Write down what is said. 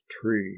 tree